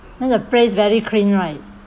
then the place very clean right